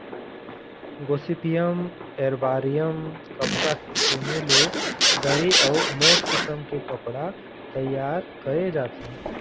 Gossypium arboreum कपसा के पोनी ले दरी अउ मोठ किसम के कपड़ा तइयार करे जाथे